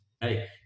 hey